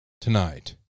tonight